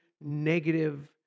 negative